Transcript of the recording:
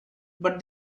but